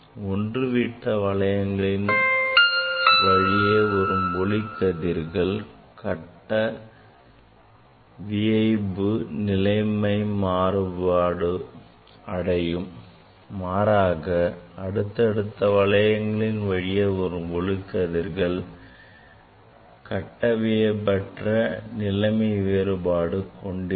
ஒன்றுவிட்ட வளையங்களின் வழியே வரும் ஒளிக்கதிர்கள் கட்டவியைபு நிலைமை வேறுபடும் மாறாக அடுத்தடுத்த வளையங்களின் வழியே வரும் ஒளிக்கதிர்கள் கட்டவியைபற்ற நிலைமை வேறுபாடு கொண்டிருக்கும்